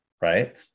right